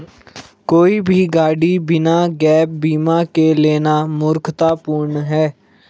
कोई भी गाड़ी बिना गैप बीमा के लेना मूर्खतापूर्ण है